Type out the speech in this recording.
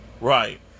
Right